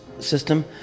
System